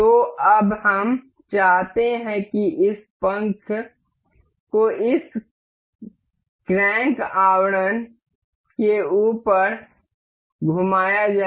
तो अब हम चाहते हैं कि इस पंख को इस क्रैंक आवरण के ऊपर घुमाया जाए